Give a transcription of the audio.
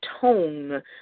tone